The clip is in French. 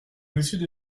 monsieur